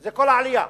זו כל העלייה,